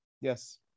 Yes